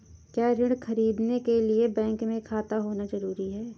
क्या ऋण ख़रीदने के लिए बैंक में खाता होना जरूरी है?